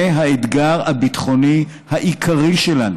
זה האתגר הביטחוני העיקרי שלנו,